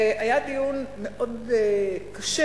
והיה דיון מאוד קשה,